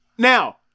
Now